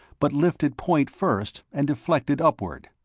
but lifted point-first and deflected upward.